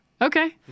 Okay